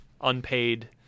unpaid